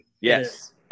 Yes